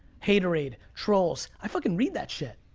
haterade, trolls. i fucking read that shit.